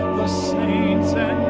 saints'